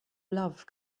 love